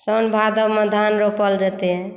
साओन भादबमे धान रोपल जेतै